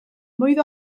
mlwydd